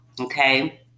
Okay